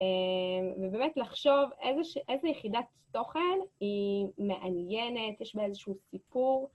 ובאמת לחשוב איזה יחידת תוכן היא מעניינת, יש בה איזשהו סיפור.